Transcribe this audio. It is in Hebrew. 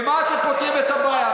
במה אתם פותרים את הבעיה?